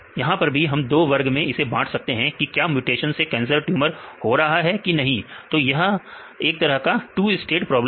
यहां पर भी हम 2 वर्ग में इसे बांट सकते हैं कि क्या म्यूटेशन से कैंसर ट्यूमर हो रहा है कि नहीं तो यह एक तरह का 2 state प्रॉब्लम है